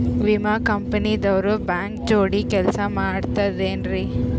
ವಿಮಾ ಕಂಪನಿ ದವ್ರು ಬ್ಯಾಂಕ ಜೋಡಿ ಕೆಲ್ಸ ಮಾಡತಾರೆನ್ರಿ?